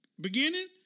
beginning